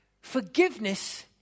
Forgiveness